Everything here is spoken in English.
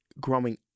growing